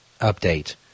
update